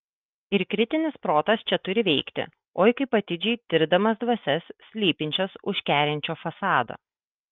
ir kritinis protas čia turi veikti oi kaip atidžiai tirdamas dvasias slypinčias už kerinčio fasado